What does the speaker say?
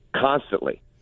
constantly